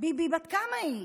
ביבי: בת כמה היא?